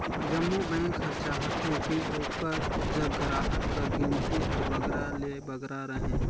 जम्मो बेंक हर चाहथे कि ओकर जग गराहक कर गिनती हर बगरा ले बगरा रहें